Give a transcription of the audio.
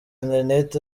internet